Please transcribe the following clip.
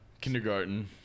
kindergarten